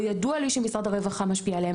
לא ידוע לי שמשרד הרווחה משפיע עליהם.